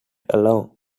along